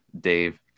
Dave